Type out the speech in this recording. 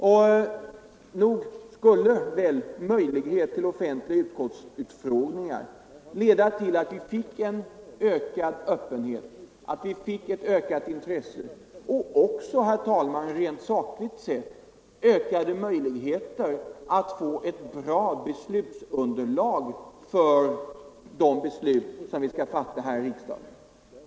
Nog skulle väl möjlighet till offentliga utskottsutfrågningar leda till att vi fick en ökad öppenhet och ett ökat intresse men också, herr talman, rent sakligt sett större möjligheter att få ett bra underlag för de beslut som vi skall fatta i riksdagen.